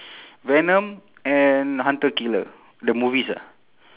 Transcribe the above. venom and hunter killer the movies ah